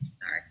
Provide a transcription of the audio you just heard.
sorry